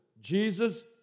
Jesus